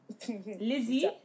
Lizzie